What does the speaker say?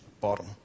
bottom